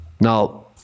Now